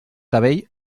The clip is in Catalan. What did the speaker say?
cabell